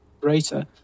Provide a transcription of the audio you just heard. greater